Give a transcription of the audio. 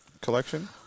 collection